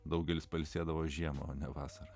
daugelis pailsėdavo žiemą vasarą